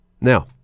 Now